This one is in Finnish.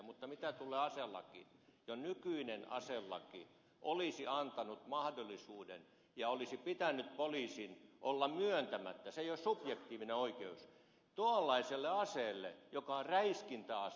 mutta mitä tulee aselakiin jo nykyinen aselaki olisi antanut mahdollisuuden ja olisi pitänyt poliisin olla myöntämättä se ei ole subjektiivinen oikeus tuollaista asetta joka on räiskintäase